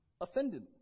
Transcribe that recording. offended